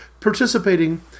participating